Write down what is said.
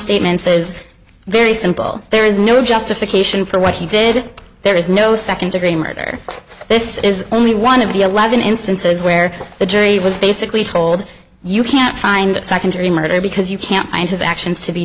statements is very simple there is no justification for what he did there is no second degree murder this is only one of the eleven instances where the jury was basically told you can't find second degree murder because you can't find his actions to be